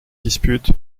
dispute